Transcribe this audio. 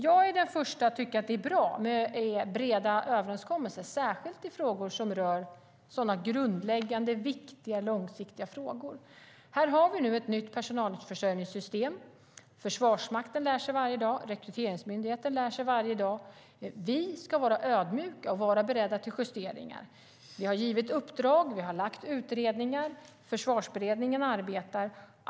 Jag är den första att tycka att det är bra med breda överenskommelser, särskilt i frågor som rör sådana grundläggande, viktiga, långsiktiga frågor. Här har vi nu ett nytt personalförsörjningssystem. Försvarsmakten lär sig varje dag, Rekryteringsmyndigheten lär sig varje dag. Vi ska vara ödmjuka och beredda att göra justeringar. Vi har givit uppdrag; vi har lagt utredningar. Försvarsberedningen arbetar.